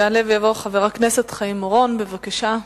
יעלה ויבוא חבר הכנסת חיים אורון, בבקשה,